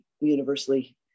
universally